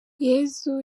yesu